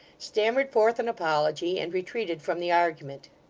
stammered forth an apology and retreated from the argument.